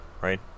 right